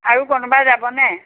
আৰু কোনোবা যাবনে